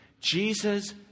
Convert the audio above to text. Jesus